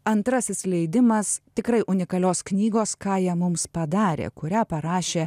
antrasis leidimas tikrai unikalios knygos ką jie mums padarė kurią parašė